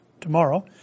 tomorrow